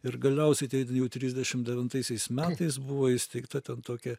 ir galiausiai tai jau trisdešim devintaisiais metais buvo įsteigta ten tokia